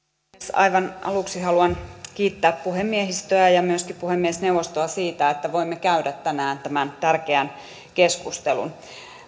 aivan aluksi haluan kiittää puhemiehistöä ja myöskin puhemiesneuvostoa siitä että voimme käydä tänään tämän tärkeän keskustelun